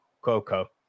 Coco